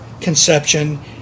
conception